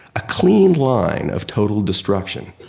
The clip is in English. a clean line of total destruction.